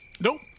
Nope